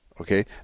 Okay